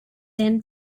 and